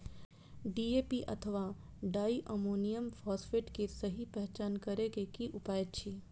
DAP अथवा di ammonium phosphate के सहि पहचान करे के कि उपाय अछि?